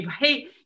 hey